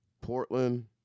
Portland